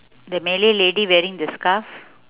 the malay lady wearing the scarf